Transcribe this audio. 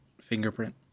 fingerprint